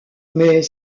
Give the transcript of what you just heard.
mais